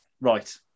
right